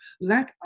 let